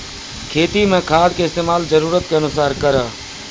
खेती मे खाद के इस्तेमाल जरूरत के अनुसार करऽ